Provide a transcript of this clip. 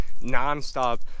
non-stop